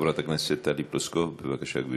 חברת הכנסת טלי פלוסקוב, בבקשה, גברתי.